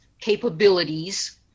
capabilities